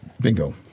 Bingo